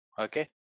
okay